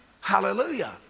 Hallelujah